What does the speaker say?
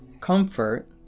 comfort